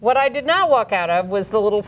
what i did not walk out of was the little